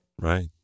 right